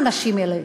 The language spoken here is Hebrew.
האנשים האלה.